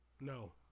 No